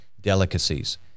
delicacies